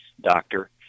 doctor